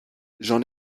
j’en